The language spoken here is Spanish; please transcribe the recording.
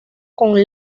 con